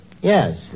Yes